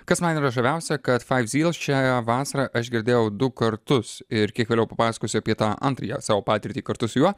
kas man yra žaviausia kad faiv zyls šią vasarą aš girdėjau du kartus ir kiek vėliau papasakosiu apie tą antrąjį at savo patirtį kartu su juo